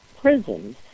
prisons